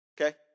Okay